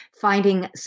finding